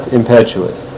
impetuous